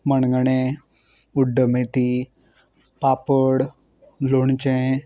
मणगणें उड्ड मेथी पापड लोणचें